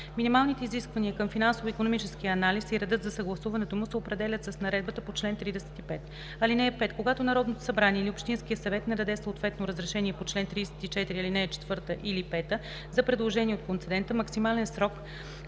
Минималните изисквания към финансово-икономическия анализ и реда за съгласуването му се определят с наредбата по чл. 35. (5) Когато Народното събрание или общинският съвет не даде съответно разрешение по чл. 34, ал. 4 или 5 за предложения от концедента максимален срок,